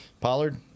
Pollard